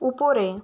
উপরে